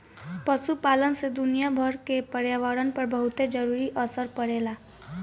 पशुपालन से दुनियाभर के पर्यावरण पर बहुते जरूरी असर पड़ेला